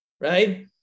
right